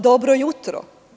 Dobro jutro.